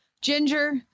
Ginger